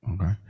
Okay